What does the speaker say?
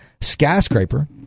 Skyscraper